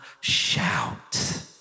shout